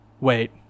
wait